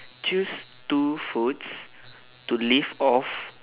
choose two foods to live off